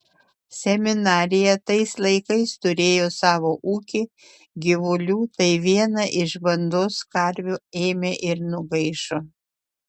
seminarija tais laikais turėjo savo ūkį gyvulių tai viena iš bandos karvių ėmė ir nugaišo